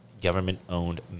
government-owned